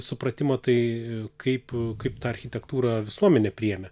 supratimo tai kaip kaip tą architektūrą visuomenė priėmė